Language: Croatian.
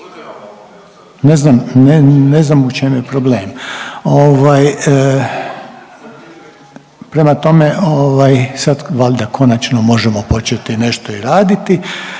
ne znam u čemu je problem. Ovaj, prema tome, ovaj, sad valda konačno možemo početi nešto i raditi